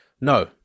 No